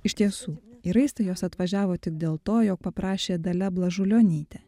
iš tiesų į raistą jos atvažiavo tik dėl to jog paprašė dalia blažulionytė